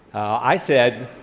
i said,